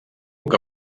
que